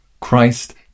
Christ